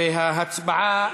ההצבעה,